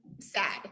sad